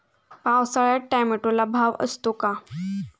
पावसाळ्यात टोमॅटोला भाव असतो का?